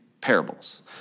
parables